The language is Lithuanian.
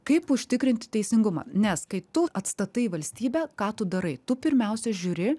kaip užtikrinti teisingumą nes kai tu atstatai valstybę ką tu darai tu pirmiausia žiūri